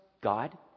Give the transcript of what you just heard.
God